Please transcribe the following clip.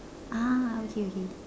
ah okay okay